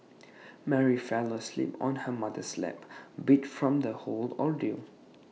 Mary fell asleep on her mother's lap beat from the whole ordeal